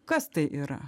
kas tai yra